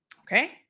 okay